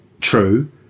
true